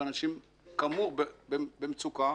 ואנשים כאמור במצוקה